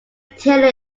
tailor